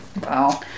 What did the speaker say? Wow